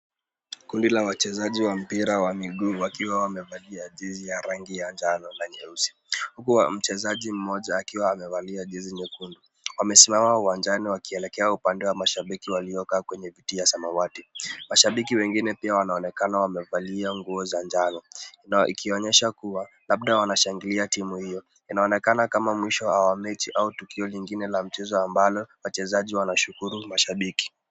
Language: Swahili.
Kundi la wachezaji wa mpira wa miguu wakiwa wamevalia jezi ya rangi ya njano na nyeusi huku mchezaji mmoja akiwa amevalia jezi nyekundu. Wamesimama uwanjani wakielekea upande wa mashabiki waliokaa kwenye viti ya samawati, mashabiki wengine pia wanaonekana wamevalia nguo za njano, ikionyesha kua labda wanashangilia timu hio. Inaonekana kama mwisho wa mechi au tukio lengine la mchezo ambalo wachezaji wanashukuru mashabiki.